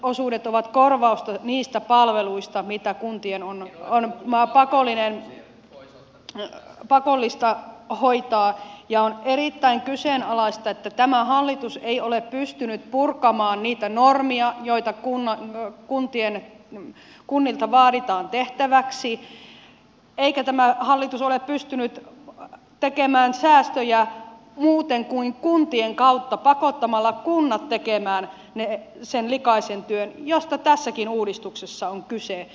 valtionosuudet ovat korvausta niistä palveluista mitä kuntien on pakollista hoitaa ja on erittäin kyseenalaista että tämä hallitus ei ole pystynyt purkamaan niitä normeja mitä kunnilta vaaditaan tehtäväksi eikä tämä hallitus ole pystynyt tekemään säästöjä muuten kuin kuntien kautta pakottamalla kunnat tekemään sen likaisen työn mistä tässäkin uudistuksessa on kyse